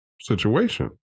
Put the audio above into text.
situation